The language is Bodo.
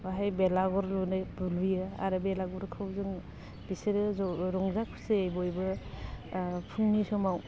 बाहाय बेलागुर लुनो लुयो आरो बेलागुरखौ जों बिसोरो ज' रंजा खुसियै बयबो फुंनि समाव